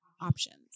options